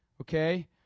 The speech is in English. okay